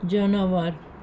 جاناوار